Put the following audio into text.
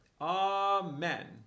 Amen